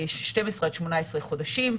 12 18 חודשים.